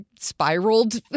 spiraled